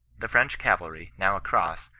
the french cavalry, now across,